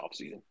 offseason